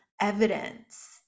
evidence